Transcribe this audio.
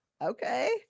okay